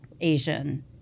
Asian